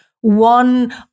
one